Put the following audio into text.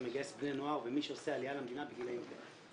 מגייס בני נוער ומי שעושה עלייה למדינה בגילאים כאלה.